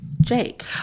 Jake